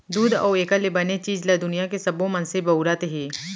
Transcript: दूद अउ एकर ले बने चीज ल दुनियां के सबो मनसे बउरत हें